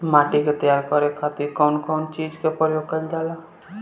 माटी के तैयार करे खातिर कउन कउन चीज के प्रयोग कइल जाला?